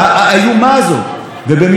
ובמלחמה עושים דברים אחרת.